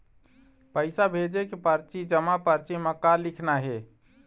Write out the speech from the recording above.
पैसा भेजे के परची जमा परची म का लिखना हे?